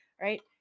Right